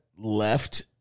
Left